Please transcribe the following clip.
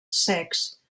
secs